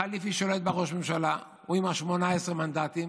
החליפי שולט בראש הממשלה, הוא עם 18 מנדטים,